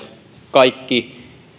kaikki